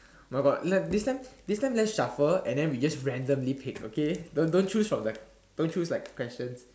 my God let this time this time let's shuffle and then we just randomly pick okay don't don't choose from the like don't choose questions